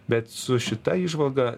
bet su šita įžvalga